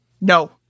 No